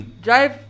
drive